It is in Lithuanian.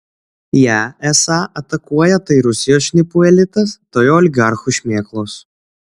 ją esą atakuoja tai rusijos šnipų elitas tai oligarchų šmėklos